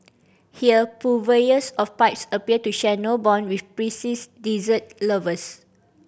here purveyors of pipes appear to share no bond with prissy dessert lovers